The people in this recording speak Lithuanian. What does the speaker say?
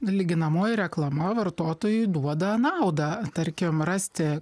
lyginamoji reklama vartotojui duoda naudą tarkim rasti